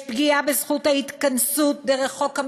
יש פגיעה בזכות ההתכנסות דרך חוק המישוש,